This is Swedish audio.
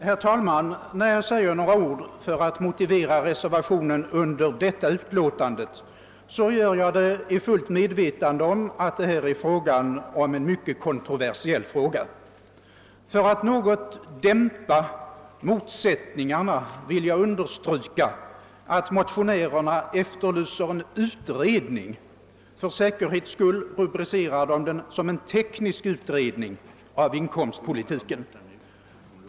Herr talman! När jag anför några ord för att motivera reservationen under detta utlåtande gör jag det i fullt medvetande om att det rör sig om en mycket kontroversiell fråga. För att i någon mån dämpa motsättningarna vill jag understryka att motionärerna efterlyser en utredning. För säkerhets skull rubricerer de den som en »teknisk utredning» av en inkomstpolitik.